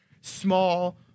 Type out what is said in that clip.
small